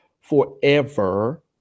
forever